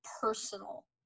personal